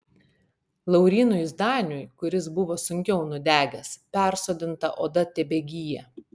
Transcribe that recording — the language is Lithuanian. laurynui zdaniui kuris buvo sunkiau nudegęs persodinta oda tebegyja